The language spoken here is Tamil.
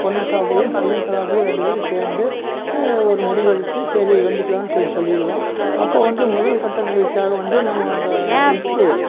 பொண்ணு தரப்புலேயும் பையன் தரப்புலலேயும் ரெண்டு பேரும் சேர்ந்து ஒரு முடிவெடுத்து சரி பண்ணிக்கிலாம்னு சொல்லி சொல்லிவிடுவோம் அப்போது வந்து முதல் கட்ட நிகழ்ச்சியாக வந்து நம்ம அந்த உப்பு